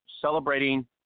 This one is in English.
celebrating